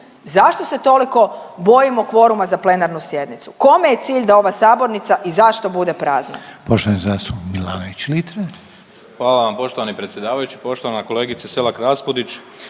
Zašto se toliko bojimo kvoruma za plenarnu sjednicu? Kome je cilj da ova sabornica i zašto bude prazna?